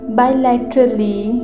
bilaterally